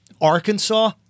Arkansas